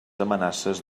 amenaces